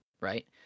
right